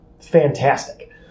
fantastic